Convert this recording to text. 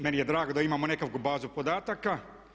Meni je drago da imamo nekakvu bazu podataka.